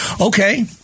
Okay